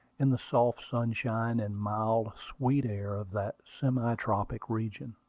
in the soft sunshine and mild, sweet air of that semi-tropical region.